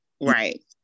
right